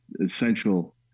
essential